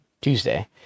Tuesday